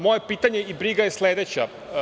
Moje pitanje i briga je sledeća.